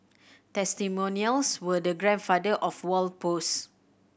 testimonials were the grandfather of wall posts